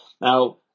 Now